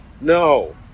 no